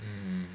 mm